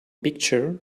picture